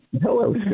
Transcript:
Hello